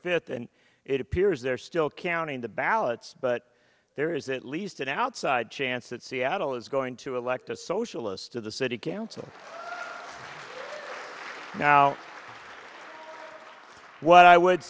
fifth and it appears they're still counting the ballots but there is at least an outside chance that seattle is going to elect a socialist to the city council now what i would